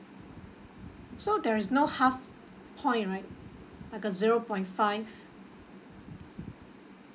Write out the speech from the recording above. so there is no half point right like a zero point five